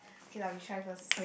okay lah we try first